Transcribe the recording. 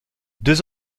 deux